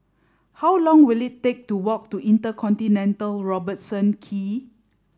how long will it take to walk to InterContinental Robertson Quay